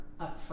upfront